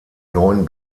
neun